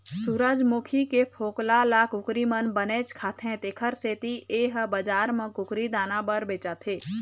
सूरजमूखी के फोकला ल कुकरी मन बनेच खाथे तेखर सेती ए ह बजार म कुकरी दाना बर बेचाथे